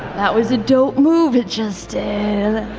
that was a dope move it just